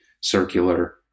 circular